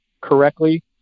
correctly